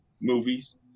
movies